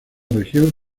región